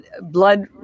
blood